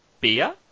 beer